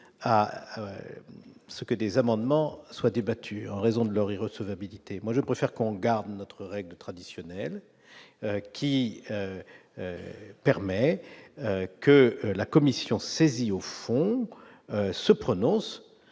à ce que des amendements soient débattues en raison de l'recevabilité, moi je préfère qu'on garde notre règle traditionnelle. Qui permet que la. Commission saisie au fond se prononce